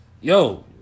Yo